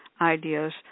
ideas